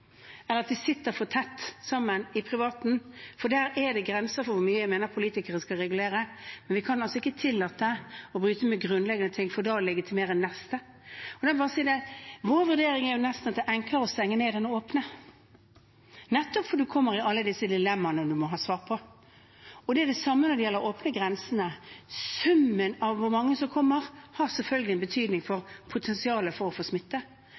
eller at de sitter for tett sammen på privaten, for der mener jeg det er grenser for hvor mye politikere skal regulere. Men vi kan altså ikke tillate å bryte med grunnleggende ting for da å legitimere neste. Da må jeg bare si at vår vurdering er jo at det nesten er enklere å stenge ned enn å åpne, nettopp fordi en da får alle disse dilemmaene en må ha svar på. Det er det samme når det gjelder å åpne grensene: Summen av hvor mange som kommer, har selvfølgelig en betydning for potensialet for å få smitte.